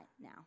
now